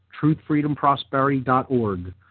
truthfreedomprosperity.org